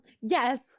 yes